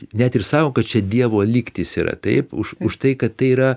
net ir sako kad čia dievo lygtys yra taip už už tai kad tai yra